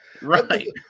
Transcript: Right